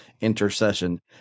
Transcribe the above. intercession